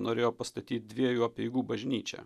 norėjo pastatyt dviejų apeigų bažnyčią